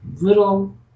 little